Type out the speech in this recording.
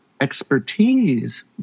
expertise